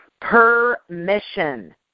Permission